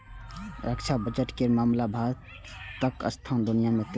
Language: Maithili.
रक्षा बजट केर मामला मे भारतक स्थान दुनिया मे तेसर छै